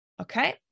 Okay